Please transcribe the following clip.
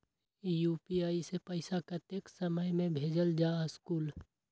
UPI से पैसा कतेक समय मे भेजल जा स्कूल?